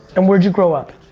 and where'd you grow up?